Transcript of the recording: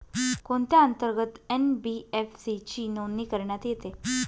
कोणत्या अंतर्गत एन.बी.एफ.सी ची नोंदणी करण्यात येते?